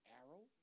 arrow